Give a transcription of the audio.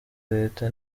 leta